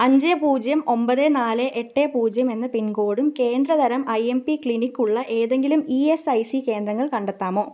അഞ്ച് പൂജ്യം ഒമ്പത് നാല് എട്ട് പൂജ്യം എന്ന പിൻകോഡും കേന്ദ്രതരം ഐ എം പീ ക്ലിനിക്ക് ഉള്ള ഏതെങ്കിലും ഈ എസ് ഐ സീ കേന്ദ്രങ്ങൾ കണ്ടെത്താമോ